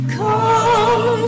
come